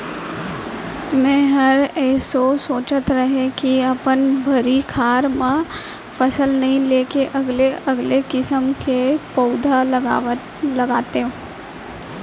मैंहर एसो सोंचत रहें के अपन भर्री खार म फसल नइ लेके अलगे अलगे किसम के पउधा लगातेंव